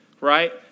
right